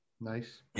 Nice